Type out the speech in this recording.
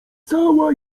cała